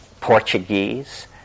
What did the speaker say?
Portuguese